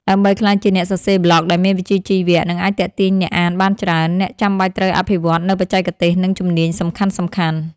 ដើម្បីក្លាយជាអ្នកសរសេរប្លក់ដែលមានវិជ្ជាជីវៈ និងអាចទាក់ទាញអ្នកអានបានច្រើន អ្នកចាំបាច់ត្រូវអភិវឌ្ឍនូវបច្ចេកទេស និងជំនាញសំខាន់ៗ។